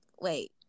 wait